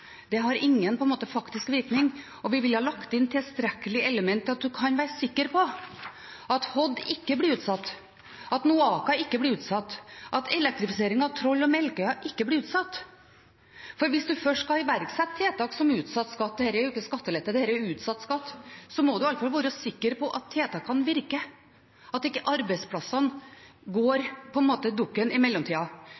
det har ingen faktisk virkning. Og vi ville lagt inn tilstrekkelige elementer til at en kan være sikker på at Hod ikke blir utsatt, at NOAKA ikke blir utsatt, at elektrifisering av Troll og Melkøya ikke blir utsatt. For hvis en først skal iverksette tiltak som utsatt skatt – dette er jo ikke skattelette, dette er utsatt skatt – må en iallfall være sikker på at tiltakene virker, at ikke arbeidsplassene går